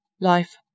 life